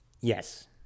Yes